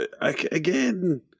again